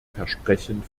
versprechen